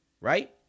right